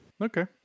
Okay